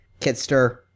Kitster